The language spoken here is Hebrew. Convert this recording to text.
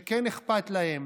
שכן אכפת להם